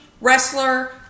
wrestler